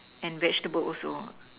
and vegetable also